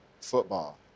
football